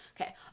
Okay